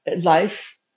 Life